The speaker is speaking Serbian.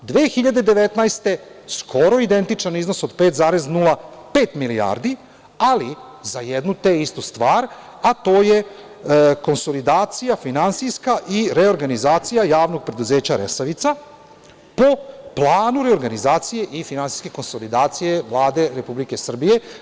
Godine 2019. skoro identičan iznos od 5,05 milijardi, ali za jednu te istu stvar, a to je konsolidacija finansijska i reorganizacija JP „Resavica“ po planu reorganizacije i finansijske konsolidacije Vlade Republike Srbije.